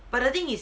but the thing is